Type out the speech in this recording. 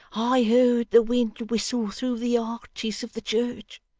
i heard the wind whistle through the arches of the church.